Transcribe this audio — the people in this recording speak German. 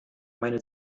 meine